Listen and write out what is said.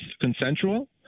consensual